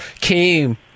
came